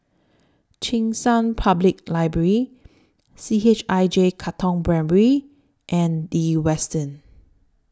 Cheng San Public Library C H I J Katong Primary and The Westin